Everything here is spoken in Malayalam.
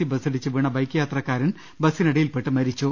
സി ബസിടിച്ച് വീണ ബൈക്ക് യാത്രക്കാരൻ ബസിനടിയിൽപ്പെട്ട് മരിച്ചു